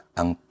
ang